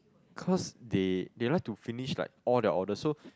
cause they they like to finish like all their orders so